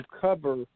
cover